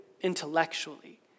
intellectually